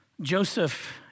Joseph